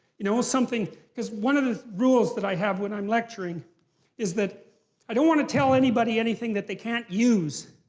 you know? something, because one of the rules that i have when i'm lecturing is that i don't want to tell anybody anything that they can't use.